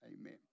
amen